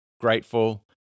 grateful